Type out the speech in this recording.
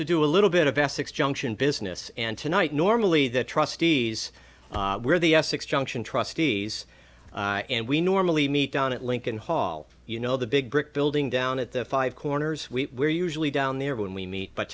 to do a little bit of essex junction business and tonight normally the trustees were the essex junction trustees and we normally meet down at lincoln hall you know the big brick building down at the five corners we usually down there when we meet but